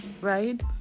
right